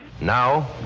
Now